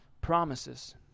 promises